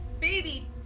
Baby